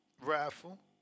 raffle